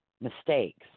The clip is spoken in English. mistakes